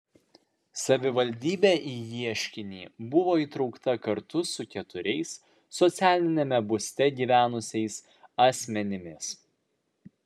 savivaldybė į ieškinį buvo įtraukta kartu su keturiais socialiniame būste gyvenusiais asmenimis